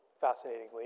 fascinatingly